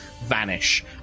vanish